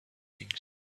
things